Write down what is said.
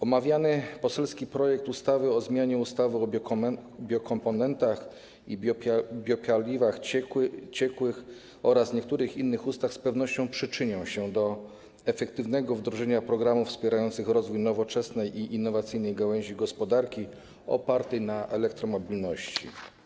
Omawiany poselski projekt ustawy o zmianie ustawy o biokomponentach i biopaliwach ciekłych oraz niektórych innych ustaw z pewnością przyczyni się do efektywnego wdrożenia programów wspierających rozwój nowoczesnej i innowacyjnej gałęzi gospodarki opartej na elektromobilności.